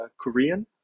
Korean